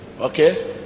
Okay